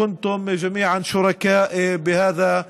כולכם הייתם שותפים בעשייה הזאת,